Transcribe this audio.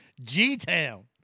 G-Town